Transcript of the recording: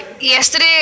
yesterday